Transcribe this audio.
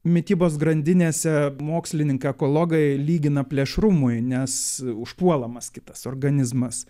mitybos grandinėse mokslininkai ekologai lygina plėšrumui nes užpuolamas kitas organizmas